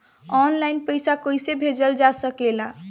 आन line पईसा कईसे भेजल जा सेकला?